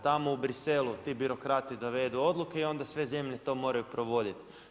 Tamo u Bruxellesu ti birokrati dovedu odluke onda sve zemlje to moraju provoditi.